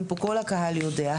אם פה כל הקהל יודע,